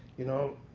you know,